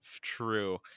True